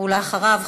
ואחריו,